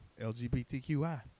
LGBTQI